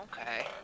Okay